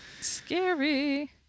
scary